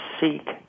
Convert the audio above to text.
seek